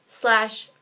slash